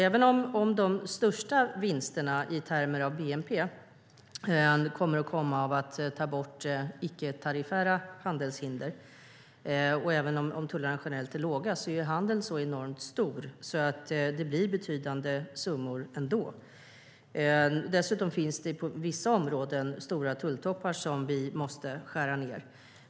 Även om de största vinsterna i termer av bnp kommer att komma av att ta bort icke tariffära handelshinder och även om tullarna generellt är låga är ju handeln så enormt stor att det blir betydande summor ändå. Dessutom finns det på vissa områden stora tulltoppar som vi måste skära ned.